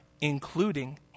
including